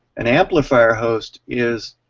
an amplifier host is